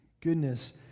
goodness